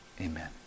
amen